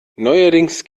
neuerdings